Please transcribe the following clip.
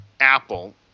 apple